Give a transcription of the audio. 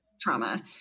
trauma